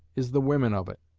is the women of it.